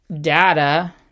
data